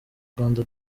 rwanda